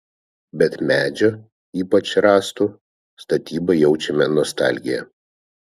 bet medžio ypač rąstų statybai jaučiame nostalgiją